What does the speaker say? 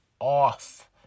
off